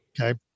Okay